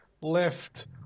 left